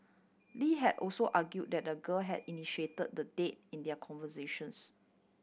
Lee had also argued that the girl had initiated the date in their conversations